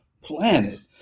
Planet